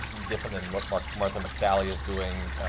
different than what martha martha mc sally is doing,